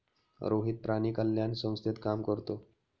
रोहित प्राणी कल्याण संस्थेत काम करतो